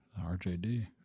RJD